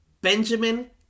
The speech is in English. Benjamin